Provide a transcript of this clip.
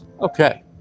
Okay